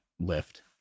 lift